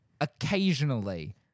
occasionally